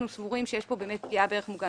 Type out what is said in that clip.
אנחנו סבורים שיש פה פגיעה בערך מוגן